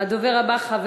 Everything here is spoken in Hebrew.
מה העדיפות?